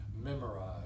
memorize